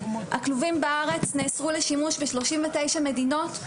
הכלובים בארץ נאסרו לשימוש ב-39 מדינות,